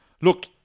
Look